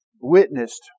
witnessed